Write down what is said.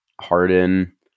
harden